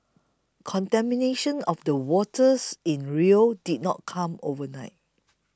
contamination of the waters in Rio did not come overnight